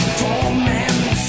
torment